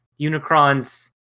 Unicron's